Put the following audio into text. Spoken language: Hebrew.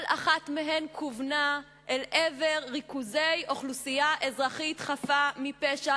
כל אחת מהן כוונה אל עבר ריכוזי אוכלוסייה אזרחית חפה מפשע,